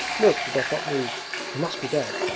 look, he does not move he must be dead!